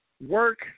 Work